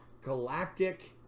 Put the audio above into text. Galactic